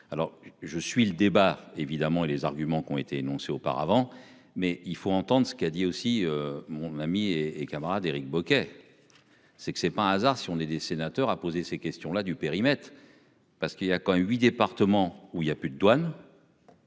alors je suis le débat évidemment et les arguments qui ont été énoncés auparavant mais il faut entendre ce qu'a dit aussi mon ami et camarade Éric Bocquet. C'est que c'est pas un hasard si on est des sénateurs à poser ces questions là du périmètre. Parce qu'il y a quand même 8 départements où il y a plus de douane.